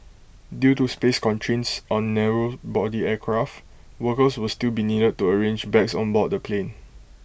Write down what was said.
due to space constraints on narrow body aircraft workers will still be needed to arrange bags on board the plane